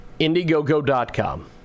indiegogo.com